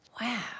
wow